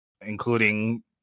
Including